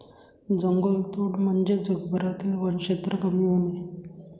जंगलतोड म्हणजे जगभरातील वनक्षेत्र कमी होणे